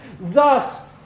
thus